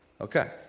Okay